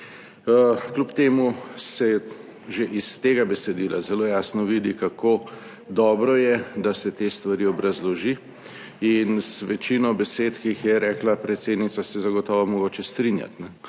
Kljub temu se je, že iz tega besedila zelo jasno vidi, kako dobro je, da se te stvari obrazloži in z večino besed, ki jih je rekla predsednica, se je zagotovo mogoče strinjati.